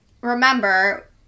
remember